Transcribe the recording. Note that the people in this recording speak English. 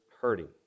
hurting